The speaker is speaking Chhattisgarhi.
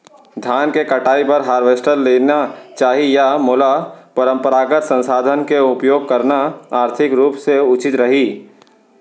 धान के कटाई बर हारवेस्टर लेना चाही या मोला परम्परागत संसाधन के उपयोग करना आर्थिक रूप से उचित रही?